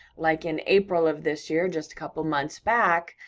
like in april of this year, just a couple months back,